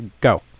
Go